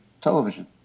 Television